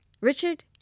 Richard